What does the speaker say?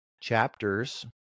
chapters